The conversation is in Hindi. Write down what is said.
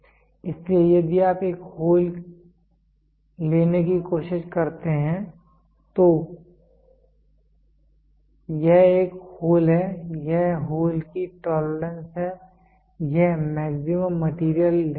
इसलिए यदि आप एक होल लेने की कोशिश करते हैं तो यह एक होल है यह होल की टोलरेंस है यह मैक्सिमम मैटेरियल लिमिट है